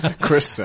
chris